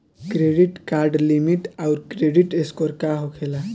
Credit limit आउर credit score का होखेला?